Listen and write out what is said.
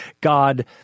God